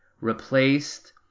replaced